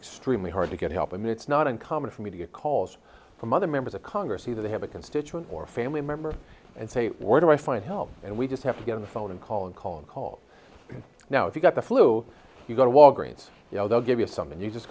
extremely hard to get help and it's not uncommon for me to get calls from other members of congress either they have a constituent or family member and say or do i find help and we just have to get on the phone and call and call and call now if you've got the flu you've got a walgreens they'll give you some and you just